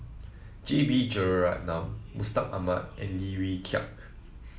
J B Jeyaretnam Mustaq Ahmad and Lim Wee Kiak